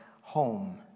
home